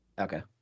Okay